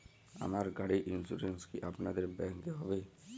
আমার গাড়ির ইন্সুরেন্স কি আপনাদের ব্যাংক এ হবে?